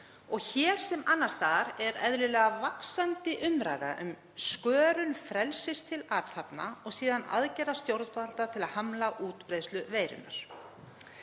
og hér sem annars staðar er eðlilega vaxandi umræða um skörun frelsis til athafna og síðan aðgerða stjórnvalda til að hamla útbreiðslu veirunnar.